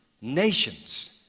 Nations